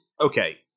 okay